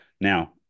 Now